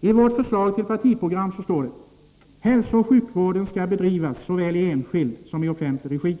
I vårt förslag till partiprogram heter det: ”Hälsooch sjukvården skall bedrivas såväl i enskild som i offentlig regi.